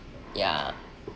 ya